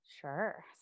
Sure